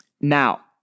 Now